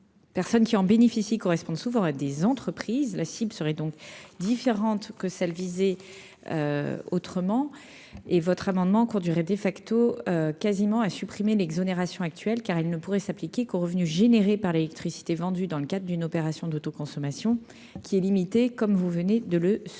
personnes qui en bénéficient correspondent souvent à des entreprises, la cibles serait donc différente que celle visée autrement et votre amendement conduirait de facto quasiment à supprimer l'exonération actuel car il ne pourrait s'appliquer qu'aux revenus générés par l'électricité vendue dans le cadre d'une opération d'autoconsommation qui est limitée, comme vous venez de le souligner